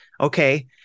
okay